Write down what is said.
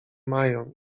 mają